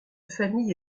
famille